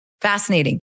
fascinating